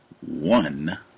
one